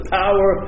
power